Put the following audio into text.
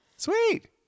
Sweet